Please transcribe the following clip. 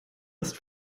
ist